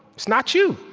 it's not you.